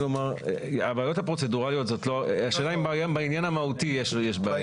כלומר הבעיות הפרוצדורליות זה לא השאלה אם בעניין המהותי יש בעיה.